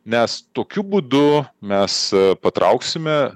nes tokiu būdu mes patrauksime